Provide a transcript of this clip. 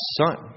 son